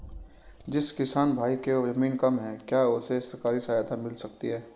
जिस किसान भाई के ज़मीन कम है क्या उसे सरकारी सहायता मिल सकती है?